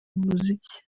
muziki